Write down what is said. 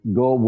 go